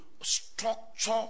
structure